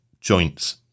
joints